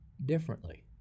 differently